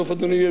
זה מה שיהיה,